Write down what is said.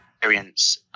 experience